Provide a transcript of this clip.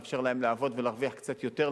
לאפשר להם לעבוד ולהרוויח קצת יותר,